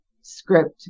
script